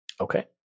okay